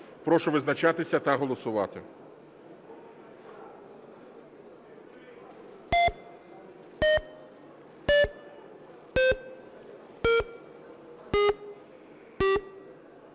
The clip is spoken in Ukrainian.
Прошу визначатися та голосувати.